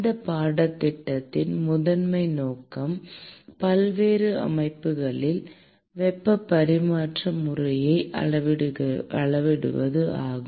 இந்த பாடத்திட்டத்தின் முதன்மை நோக்கம் பல்வேறு அமைப்புகளில் வெப்ப பரிமாற்ற செயல்முறையை அளவிடுவது ஆகும்